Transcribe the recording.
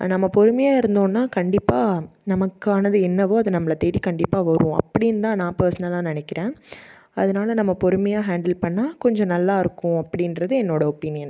நம்ம பொறுமையாக இருந்தோனால் கண்டிப்பாக நமக்கானது என்னவோ அது நம்ம தேடி கண்டிப்பாக வரும் அப்படின் தான் நான் பெர்ஸ்னலாக நினைக்கிறேன் அதனால் நம்ம பொறுமையாக ஹாண்டில் பண்ணால் கொஞ்சம் நல்லாயிருக்கும் அப்படின்றது என்னோடய ஒப்பினியன்